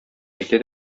әйтә